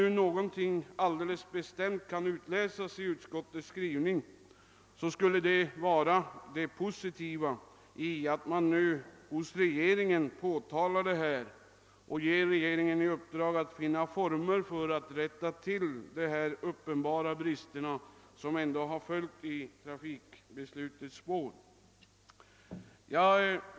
Om någonting positivt kan utläsas ur utskottets skrivning skulle det vara att man nu hos regeringen påtalar detta och an håller att regeringen försöker finna former för att rätta till de uppenbara brister som följt i trafikbeslutets spår.